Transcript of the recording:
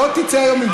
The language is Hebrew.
לא תצא היום,